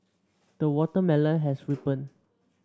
the watermelon has ripened